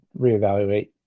reevaluate